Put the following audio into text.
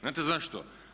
Znate zašto?